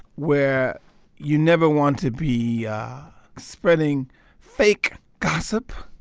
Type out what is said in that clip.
where you never want to be spreading fake gossip,